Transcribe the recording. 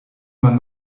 man